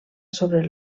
sobre